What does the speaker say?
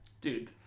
Dude